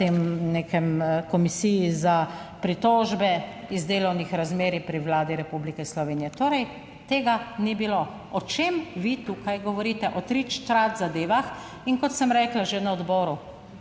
tem, nekem komisiji za pritožbe iz delovnih razmerij pri Vladi Republike Slovenije. Torej tega ni bilo. O čem vi tukaj govorite? O trič trač zadevah. In kot sem rekla že na odboru,